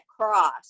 cross